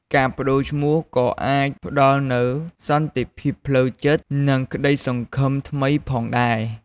ការប្ដូរឈ្មោះក៏អាចផ្ដល់នូវ សន្តិភាពផ្លូវចិត្ត និងក្តីសង្ឃឹមថ្មីផងដែរ។